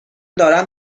دارم